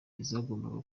zagombaga